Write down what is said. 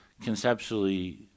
conceptually